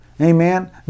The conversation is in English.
Amen